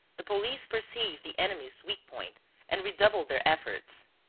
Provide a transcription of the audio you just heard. the police perceived the enemy's weak point and redoubled their efforts.